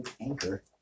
Anchor